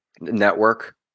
Network